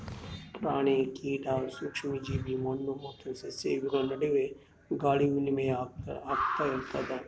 ಪ್ರಾಣಿ ಕೀಟ ಸೂಕ್ಷ್ಮ ಜೀವಿ ಮಣ್ಣು ಮತ್ತು ಸಸ್ಯ ಇವುಗಳ ನಡುವೆ ಗಾಳಿ ವಿನಿಮಯ ಆಗ್ತಾ ಇರ್ತದ